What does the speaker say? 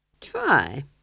Try